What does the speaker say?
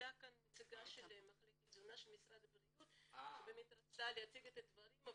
הייתה כאן נציגה של מחלקת תזונה של משרד הבריאות שרצתה להציג את הדברים.